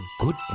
good